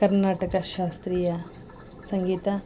ಕರ್ನಾಟಕ ಶಾಸ್ತ್ರೀಯ ಸಂಗೀತ